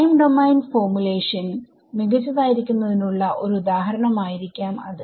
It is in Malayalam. ടൈം ഡോമെയിൻ ഫോർമുലേഷൻ മികച്ചതായിരിക്കുന്നതിനുള്ള ഒരു ഉദാഹരണം ആയിരിക്കാം അത്